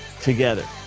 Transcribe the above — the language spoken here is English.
together